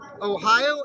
Ohio